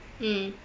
mm